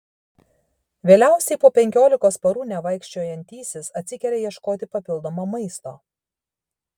vėliausiai po penkiolikos parų nevaikščiojantysis atsikelia ieškoti papildomo maisto